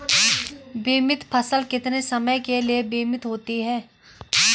बीमित फसल कितने समय के लिए बीमित होती है?